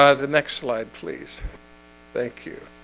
ah the next slide please thank you